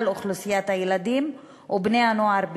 אוכלוסיית הילדים ובני-הנוער בישראל,